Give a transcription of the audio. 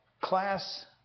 Class